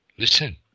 Listen